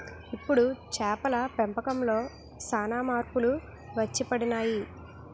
ఇప్పుడు చేపల పెంపకంలో సాన మార్పులు వచ్చిపడినాయి